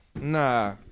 Nah